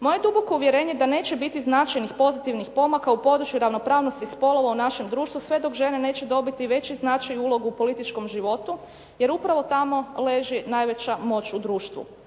Moje duboko uvjerenje da neće biti značajnih pozitivnih pomaka u području ravnopravnosti spolova u našem društvu sve dok žene neće dobiti veći značaj i ulogu u političkom životu, jer upravo tamo leži najveća moć u društvu.